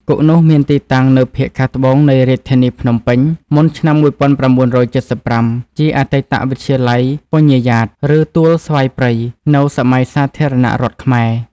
គុកនោះមានទីតាំងនៅភាគខាងត្បូងនៃរាជធានីភ្នំពេញ មុនឆ្នាំ១៩៧៥ ជាអតីតវិទ្យាល័យពញាយ៉ាត ឬទួលស្វាយព្រៃ នៅសម័យសាធារណរដ្ឋខ្មែរ។